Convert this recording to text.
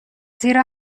زیرا